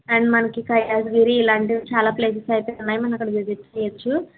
and మనకి కైలాసగిరి ఇలాంటివి చాలా ప్లేసెస్ అయితే ఉన్నాయి మనం విజిట్ చెయ్యచ్చు